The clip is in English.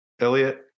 Elliot